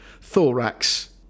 thorax